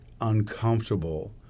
uncomfortable